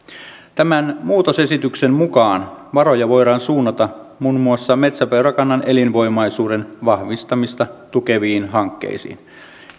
tämän muutosesityksen mukaan varoja voidaan suunnata muun muassa metsäpeurakannan elinvoimaisuuden vahvistamista tukeviin hankkeisiin